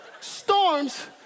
storms